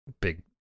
big